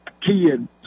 kid